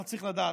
אתה צריך לדעת,